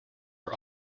are